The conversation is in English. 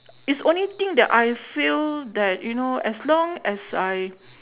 is only thing that I feel that you know as long as I